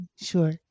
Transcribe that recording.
Sure